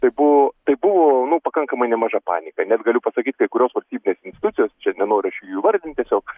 tai buvo tai buvo pakankamai nemaža panika net galiu pasakyt kai kurios valstybinės institucijos čia nenoriu įvardint tiesiog